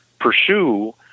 pursue